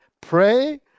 Pray